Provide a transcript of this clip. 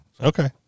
Okay